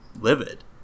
livid